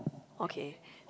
okay